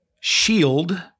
shield